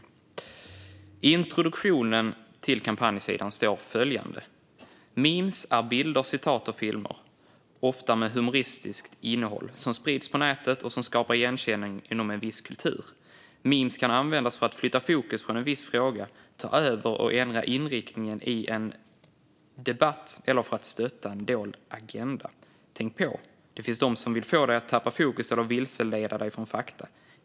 I introduktionen till kampanjsidan står följande: "Memes är bilder, citat och filmer - ofta med humoristiskt innehåll - som sprids på nätet och som skapar igenkänning inom en viss kultur. Memes kan användas för att flytta fokus från en viss fråga, ta över och ändra riktningen i en debatt eller för att stötta en dold agenda. Tänk på! Det finns de som vill få dig att tappa fokus eller vilseleda dig från fakta.